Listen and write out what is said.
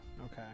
Okay